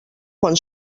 quan